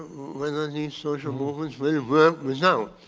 whether these social movements will work without